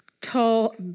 tall